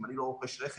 אם אני לא רוכש רכב,